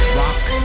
rock